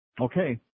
Okay